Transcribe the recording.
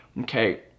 Okay